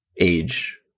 age